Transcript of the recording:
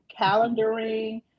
calendaring